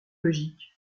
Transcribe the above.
logique